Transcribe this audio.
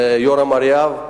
לירום אריאב,